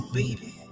baby